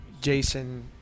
Jason